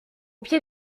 pied